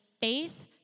faith